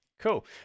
Cool